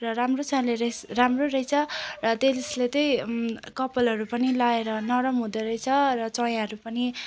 र राम्रोसँगले रै राम्रो रहेछ र त्यसले तै कपालहरू पनि लगाएर नरम हुँदोरहेछ र चायाहरू पनि